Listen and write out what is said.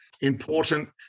important